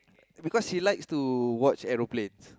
because she likes to watch aeroplanes